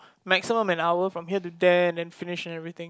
maximum an hour from here to there and then finish and everything